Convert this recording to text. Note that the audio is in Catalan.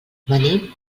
venim